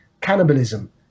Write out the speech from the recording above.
cannibalism